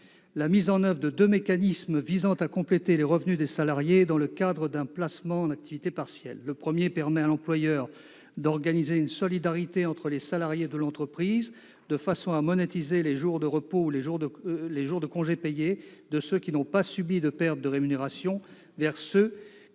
la mise en oeuvre de deux mécanismes visant à compléter les revenus des salariés dans le cadre d'un placement en activité partielle. Le premier mécanisme permet à l'employeur d'organiser une solidarité entre les salariés de l'entreprise de façon à monétiser les jours de repos et les jours de congés payés de ceux qui n'ont pas subi de perte de rémunération vers ceux qui